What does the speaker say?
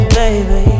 baby